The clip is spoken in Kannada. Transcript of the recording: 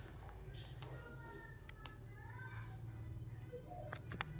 ಸಮುದ್ರ ಅತ್ವಾ ಸರೋವರದಾಗ ಮೇನಾ ಹಿಡಿದು ಮೇನುಗಾರಿಕೆ ಮಾಡಾಕ ಬಳಸೋ ಹಡಗಿಗೆ ಫಿಶಿಂಗ್ ವೆಸೆಲ್ಸ್ ಅಂತ ಕರೇತಾರ